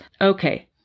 Okay